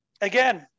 again